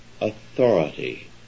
authority